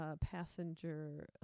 passenger